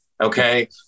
okay